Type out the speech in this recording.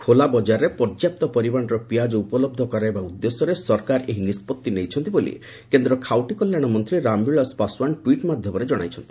ଖୋଲାବଜାରରେ ପର୍ଯ୍ୟାପ୍ତ ପରିମାଣର ପିଆଜ ଉପଲହ୍ଧ କରାଇବା ଉଦ୍ଦେଶ୍ୟରେ ସରକାରୀ ଏହି ନିଷ୍କଭି ନେଇଛନ୍ତି ବୋଲି କେନ୍ଦ୍ର ଖାଉଟି କଲ୍ୟାଣ ମନ୍ତ୍ରୀ ରାମବିଳାସ ପାଶ୍ୱାନ ଟ୍ୱିଟ୍ ମାଧ୍ୟମରେ ଜଣାଇଛନ୍ତି